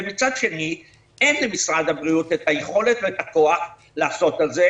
ומצד שני אין למשרד הבריאות את היכולת ואת הכוח לעשות את זה.